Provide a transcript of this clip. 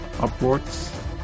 upwards